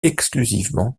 exclusivement